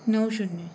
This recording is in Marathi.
नऊ शून्य